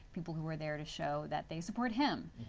people who were there to show that they support him.